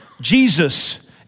Jesus